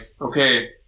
okay